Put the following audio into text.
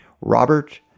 Robert